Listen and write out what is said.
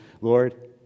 Lord